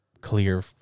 clear